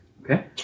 Okay